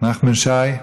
נחמן שי,